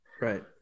Right